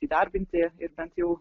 įdarbinti ir bent jau